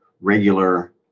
regular